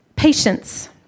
Patience